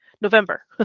November